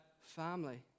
family